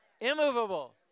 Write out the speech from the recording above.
immovable